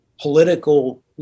political